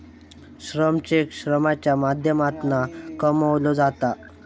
श्रम चेक श्रमाच्या माध्यमातना कमवलो जाता